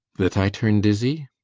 that i turn dizzy?